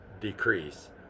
decrease